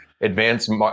advanced